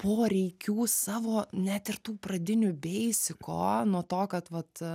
poreikių savo net ir tų pradinių beisiko nuo to kad vat